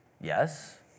Yes